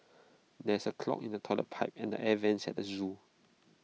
there is A clog in the Toilet Pipe and the air Vents at the Zoo